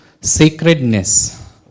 sacredness